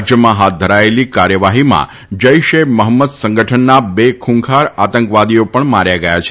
રાજ્યમાં હાથ ધરાયેલી કાર્યવાહીમાં જૈશ એ મહંમદ સંગઠનના બે ખુંખાર આતંકવાદીઓ પણ માર્યા ગયા છે